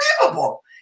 unbelievable